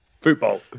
Football